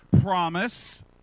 promise